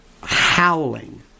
howling